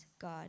God